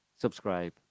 subscribe